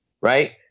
right